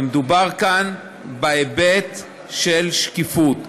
ומדובר כאן בהיבט של שקיפות.